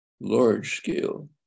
large-scale